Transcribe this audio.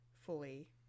fully